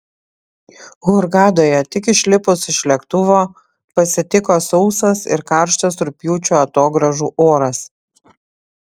hurgadoje tik išlipus iš lėktuvo pasitiko sausas ir karštas rugpjūčio atogrąžų oras